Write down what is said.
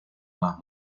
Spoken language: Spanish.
más